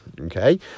okay